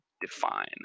define